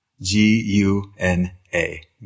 G-U-N-A